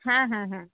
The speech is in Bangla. হ্যাঁ হ্যাঁ হ্যাঁ